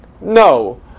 No